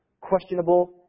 questionable